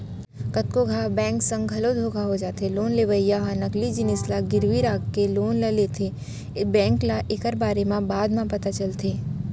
कतको घांव बेंक संग घलो धोखा हो जाथे लोन लेवइया ह नकली जिनिस ल गिरवी राखके लोन ले लेथेए बेंक ल एकर बारे म बाद म पता चलथे